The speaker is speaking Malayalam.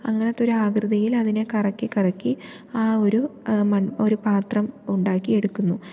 അങ്ങനത്തെയൊരു ആകൃതിയിൽ അതിനെ കറക്കി കറക്കി ആ ഒരു മൺ ഒരു പാത്രം ഉണ്ടാക്കി എടുക്കുന്നു